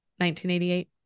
1988